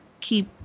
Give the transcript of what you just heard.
keep